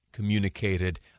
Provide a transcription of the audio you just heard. communicated